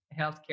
healthcare